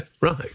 Right